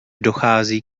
dochází